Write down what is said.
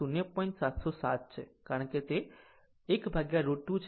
707 છે કારણ કે 1 √ 2 જે છે ખરેખર 7